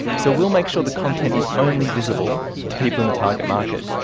so we will make sure the content is only visible to people in the target market.